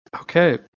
okay